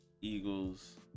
Eagles